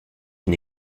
une